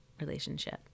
relationship